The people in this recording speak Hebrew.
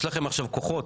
יש לכם עכשיו כוחות,